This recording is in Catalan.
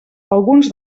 alguns